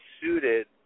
suited